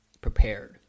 prepared